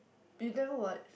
you never watch